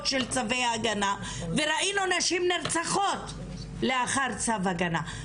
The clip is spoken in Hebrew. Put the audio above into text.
של צווי הגנה וראינו נשים נרצחות לאחר צו הגנה.